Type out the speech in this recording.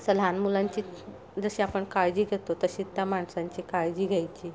असं लहान मुलांची जशी आपण काळजी घेतो तशी त्या माणसांची काळजी घ्यायची